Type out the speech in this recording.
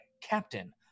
Captain